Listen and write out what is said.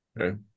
Okay